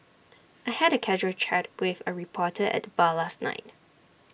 I had A casual chat with A reporter at the bar last night